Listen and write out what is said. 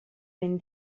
ben